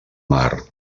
mar